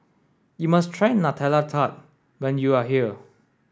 you must try Nutella Tart when you are here